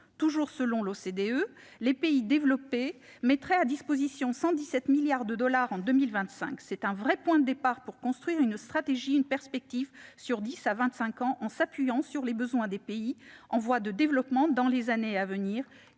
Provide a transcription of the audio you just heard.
Toujours selon l'OCDE, les pays développés mettraient à disposition 117 milliards de dollars en 2025. C'est un vrai point de départ pour construire une stratégie et une perspective sur dix à vingt-cinq ans, en s'appuyant sur les besoins des pays en voie de développement dans les années à venir,